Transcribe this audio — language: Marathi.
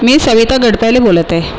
मी सविता गडतले बोलत आहे